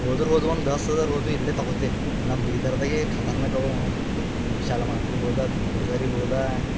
ಹೋದ್ರೆ ಹೋದವು ಒಂದು ದಸ್ ಹಝಾರ್ ಹೋತು ಇಲ್ಲೆ ತಗೊತೆ ನಮ್ಮ ಬೀದರ್ದಾಗೆ ಖತರ್ನಾಕ್ ಅವ ಒಂದೊಂದು ವಿಶಾಲ ಮಾರ್ಟಿಗೆ ಹೋದ ಬಿಗ್ ಬಝಾರಿಗೆ ಹೋದ